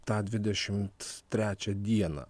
tą dvidešimt trečią dieną